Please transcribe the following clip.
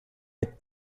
your